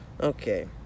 Okay